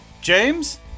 James